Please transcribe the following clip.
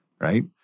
right